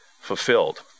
fulfilled